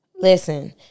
Listen